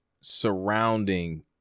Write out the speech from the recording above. surrounding